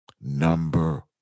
Number